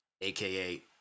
aka